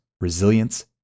resilience